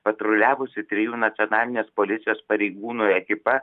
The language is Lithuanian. patruliavusi trijų nacionalinės policijos pareigūnų ekipa